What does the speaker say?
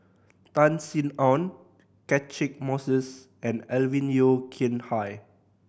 Tan Sin Aun Catchick Moses and Alvin Yeo Khirn Hai